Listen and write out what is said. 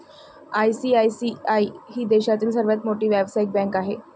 ICICI ही देशातील सर्वात मोठी व्यावसायिक बँक आहे